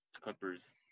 Clippers